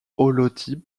holotype